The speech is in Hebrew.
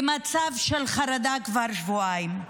במצב של חרדה כבר שבועיים.